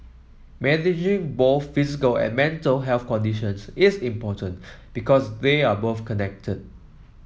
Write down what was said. managing both physical and mental health conditions is important because they are both connected